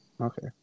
Okay